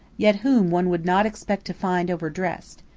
yet whom one would not expect to find over-dressed.